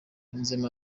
yunzemo